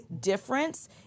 difference